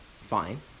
fine